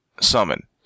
summon